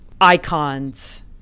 icons